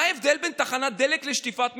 מה ההבדל בין תחנת דלק לשטיפת מכוניות?